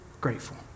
grateful